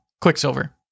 Quicksilver